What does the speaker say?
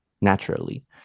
naturally